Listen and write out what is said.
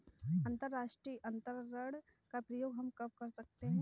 अंतर्राष्ट्रीय अंतरण का प्रयोग हम कब कर सकते हैं?